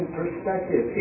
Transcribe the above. perspective